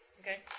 Okay